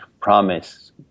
promise